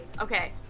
Okay